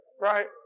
Right